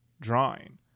drawing